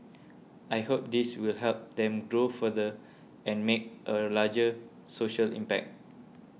I hope this will help them grow further and make a larger social impact